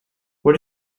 what